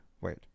wait